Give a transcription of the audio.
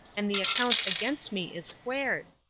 and the account against me is squared